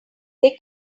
they